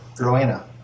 Rowena